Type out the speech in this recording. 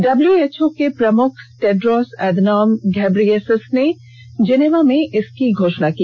WHO के प्रमुख Tedros Adhanom Ghebreyesus ने जिनेवा में इसकी घोषणा की